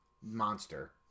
Monster